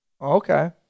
Okay